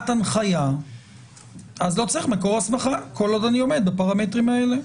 הנחיה אז לא צריך מקור הסמכה כל עוד אני עומד בפרמטרים האלה.